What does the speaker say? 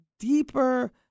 deeper